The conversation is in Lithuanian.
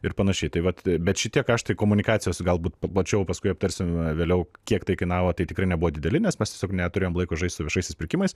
ir panašiai tai vat bet šitie kaštai komunikacijos galbūt plačiau paskui aptarsim vėliau kiek tai kainavo tai tikrai nebuvo dideli nes mes tiesiog neturėjom laiko žaist su viešaisiais pirkimais